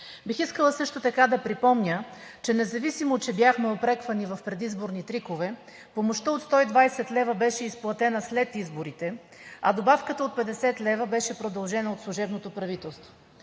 Бих искала също така да припомня, независимо че бяхме упреквани в предизборни трикове, помощта от 120 лв. беше изплатена след изборите, а добавката от 50 лв. беше продължена от служебното правителство.